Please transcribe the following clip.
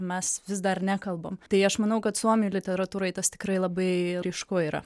mes vis dar nekalbam tai aš manau kad suomių literatūroj tas tikrai labai ryšku yra